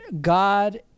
God